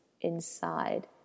inside